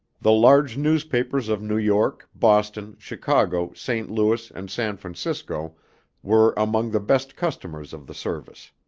the large newspapers of new york, boston, chicago, st. louis, and san francisco were among the best customers of the service.